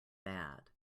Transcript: bad